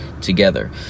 together